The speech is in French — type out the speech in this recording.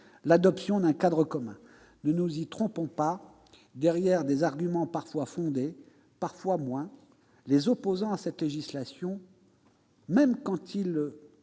l'adoption d'un cadre commun. Ne nous y trompons pas : derrière des arguments parfois fondés, parfois moins, les opposants à cette législation, même quand ils